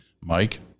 Mike